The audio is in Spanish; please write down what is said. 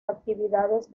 actividades